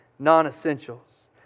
non-essentials